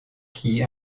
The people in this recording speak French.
qui